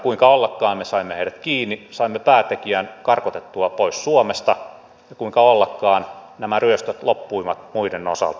kuinka ollakaan me saimme heidät kiinni saimme päätekijän karkotettua pois suomesta ja kuinka ollakaan nämä ryöstöt loppuivat muiden osalta